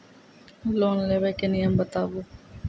Loan लेबे के नियम बताबू?